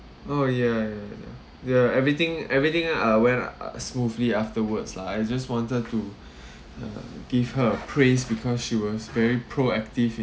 oh yeah yeah yeah ya everything everything uh went uh smoothly afterwards lah I just wanted to ya give her a praise because she was very proactive